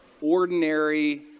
ordinary